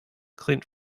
clint